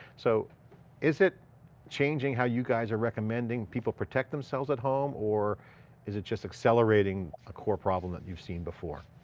so is it changing how you guys are recommending people protect themselves at home? or is it just accelerating a core problem that you've seen before?